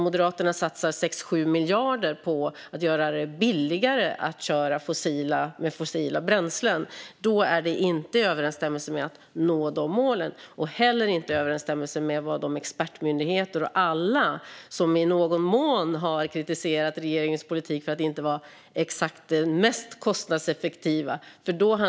Moderaterna satsar 6-7 miljarder på att göra det billigare att köra med fossila bränslen, och det är inte i överensstämmelse med att nå dessa mål. Det stämmer heller inte överens med de expertmyndigheter och alla andra som i någon mån har kritiserat regeringens politik för att inte exakt vara det mest kostnadseffektiva.